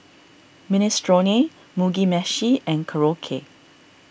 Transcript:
Minestrone Mugi Meshi and Korokke